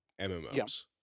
MMOs